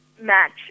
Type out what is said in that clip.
match